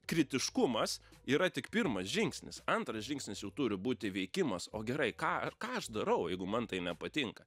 kritiškumas yra tik pirmas žingsnis antras žingsnis jau turi būti veikimas o gerai ką a ką aš darau jeigu man tai nepatinka